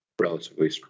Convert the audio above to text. relatively